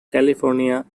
california